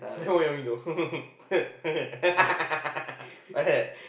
then what you want me do like that